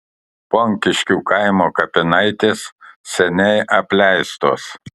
ponkiškių kaimo kapinaitės seniai apleistos